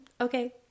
Okay